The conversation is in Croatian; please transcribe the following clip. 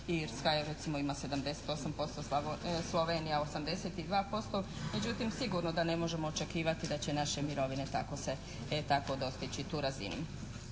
Irska recimo ima 78%, Slovenija 82%. Međutim sigurno da ne možemo očekivati da će naše mirovine tako dostići tu razinu.